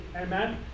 Amen